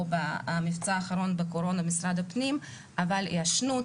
או במבצע האחרון בקורונה על-ידי משרד הפנים אבל ההישענות